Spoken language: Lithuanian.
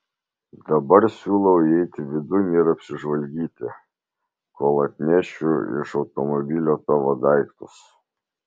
dabar siūlau įeiti vidun ir apsižvalgyti kol atnešiu iš automobilio tavo daiktus